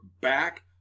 back